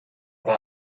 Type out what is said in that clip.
war